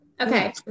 Okay